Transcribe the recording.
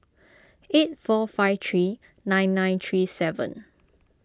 eight four five three nine nine three seven